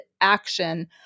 action